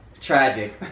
tragic